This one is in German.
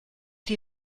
die